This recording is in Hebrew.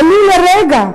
ולו לרגע,